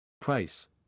Price